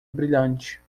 brilhante